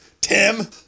Tim